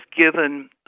given